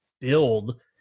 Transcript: build